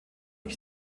ich